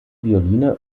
violine